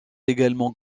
également